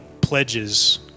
pledges